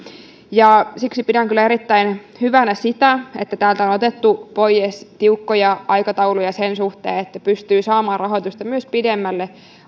siksi pidän kyllä erittäin hyvänä sitä että täältä on on otettu poies tiukkoja aikatauluja sen suhteen että pystyy saamaan rahoitusta myös pidemmälle